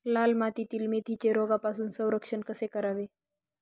लाल मातीतील मेथीचे रोगापासून संरक्षण कसे करावे?